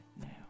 now